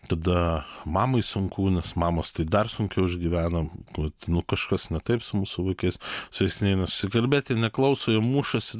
tada mamai sunku nes mamos tai dar sunkiau išgyvena nu vat nu kažkas ne taip su mūsų vaikais su jais neina susikalbėt jie neklauso jie mušasi